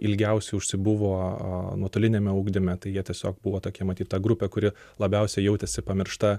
ilgiausiai užsibuvo nuotoliniame ugdyme tai jie tiesiog buvo tokia matyt ta grupė kuri labiausiai jautėsi pamiršta